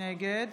נגד